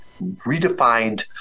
redefined